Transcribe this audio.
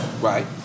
Right